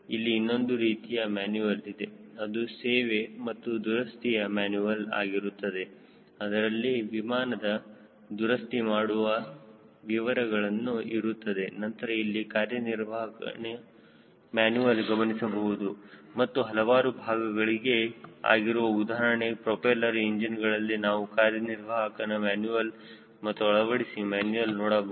ಇಲ್ಲಿ ಇನ್ನೊಂದು ರೀತಿಯ ಮ್ಯಾನುಯೆಲ್ ಇದೆ ಅದು ಸೇವೆ ಮತ್ತು ದುರಸ್ತಿಯ ಮ್ಯಾನುಯೆಲ್ ಆಗಿರುತ್ತದೆ ಅದರಲ್ಲಿ ವಿಮಾನದ ದುರಸ್ತಿ ಮಾಡುವ ವಿವರಗಳು ಇರುತ್ತವೆ ನಂತರ ಇಲ್ಲಿ ಕಾರ್ಯನಿರ್ವಾಹಕನ ಮ್ಯಾನುಯೆಲ್ ಗಮನಿಸಬಹುದು ಅದು ಹಲವಾರು ಭಾಗಗಳಿಗೆ ಆಗಿರುತ್ತದೆ ಉದಾಹರಣೆಗೆ ಪ್ರೊಪೆಲ್ಲರ್ ಇಂಜಿನ್ಗಳಲ್ಲಿ ನಾವು ಕಾರ್ಯನಿರ್ವಾಹಕನ ಮ್ಯಾನುಯೆಲ್ ಮತ್ತು ಅಳವಡಿಸುವ ಮ್ಯಾನುಯೆಲ್ ನೋಡಬಹುದು